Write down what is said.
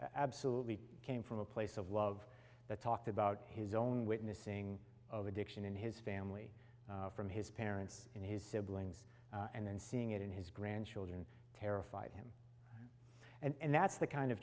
absolutely came from a place of love that talked about his own witnessing of addiction in his family from his parents and his siblings and then seeing it in his grandchildren terrified him and that's the kind of